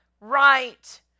right